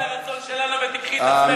תחזקי את הרצון שלנו ותיקחי את עצמך ותלכי לעזה.